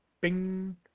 bing